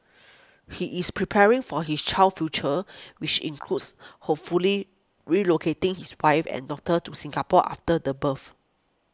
he is preparing for his child's future which includes hopefully relocating his wife and daughter to Singapore after the birth